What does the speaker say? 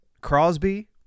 Crosby